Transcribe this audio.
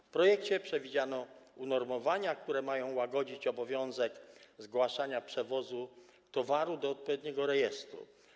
W projekcie przewidziano unormowania, które mają łagodzić obowiązek zgłaszania przewozu towaru do odpowiedniego rejestru.